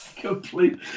complete